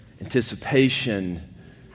anticipation